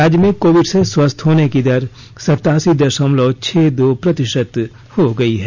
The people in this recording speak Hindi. राज्य में कोविड से स्वस्थ होने की दर सतासी दशमलव छह दो प्रतिशत हो गई है